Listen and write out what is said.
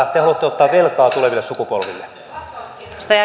te haluatte ottaa velkaa tuleville sukupolville